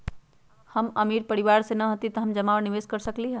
हम अमीर परिवार से न हती त का हम जमा और निवेस कर सकली ह?